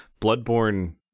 Bloodborne